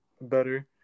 better